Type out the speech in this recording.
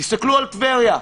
תסכלו על טבריה,